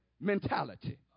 mentality